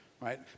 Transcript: right